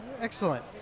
Excellent